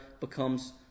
becomes